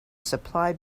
supply